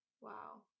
Wow